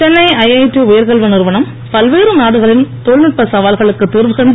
Chennai IIT உயர்கல்வி நிறுவனம் பல்வேறு நாடுகளின் தொழில்நுட்ப சவால்களுக்கு தீர்வு கண்டு